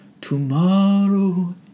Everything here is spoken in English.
tomorrow